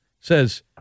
says